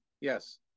yes